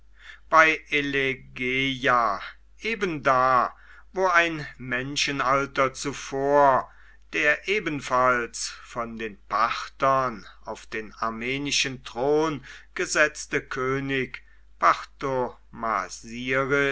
bei elegeia eben da wo ein menschenalter zuvor der ebenfalls von den parthern auf den armenischen thron gesetzte könig